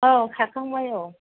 औ खाखांबाय औ